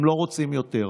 הם לא רוצים יותר.